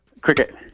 Cricket